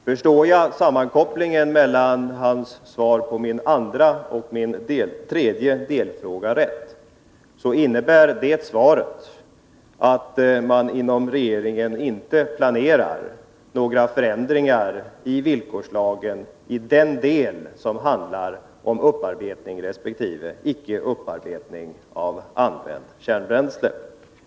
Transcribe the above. Förstår jag sammankopplingen mellan hans svar på min andra och min tredje delfråga rätt innebär det att regeringen inte planerar några förändringar i villkorslagen i den del som handlar om upparbetning resp. icke upparbetning av använt kärnbränsle.